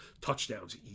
touchdowns